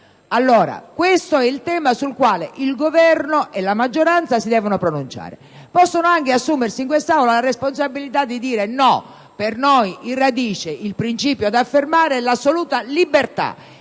Questo è il tema sul quale il Governo e la maggioranza si devono pronunciare. Possono anche assumersi in quest'Aula la responsabilità di dire che per loro, in radice, il principio da affermare è l'assoluta libertà